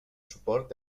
suport